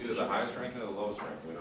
the highest ranking, or the lowest